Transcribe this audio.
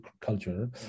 culture